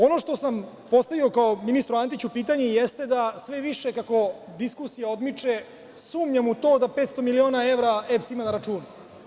Ono što sam postavio kao pitanje ministru Antiću jeste da sve više kako diskusija odmiče sumnjam u to da 500 miliona evra EPS ima na računu.